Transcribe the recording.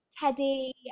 Teddy